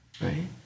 Right